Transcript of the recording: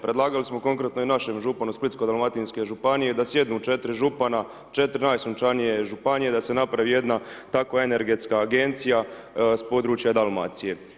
Predlagali smo konkretno i našem županu Splitsko-dalmatinske županije da sjednu 4 župana, 4 najsunčanije županije, da se napravi jedna takva energetska agencija s područja Dalmacije.